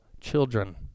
children